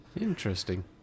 Interesting